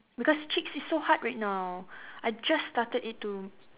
because cheeks is so hard right now I just started it to